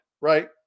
Right